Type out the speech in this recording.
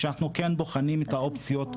כשאנחנו כן בוחנים את האופציות,